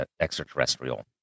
extraterrestrial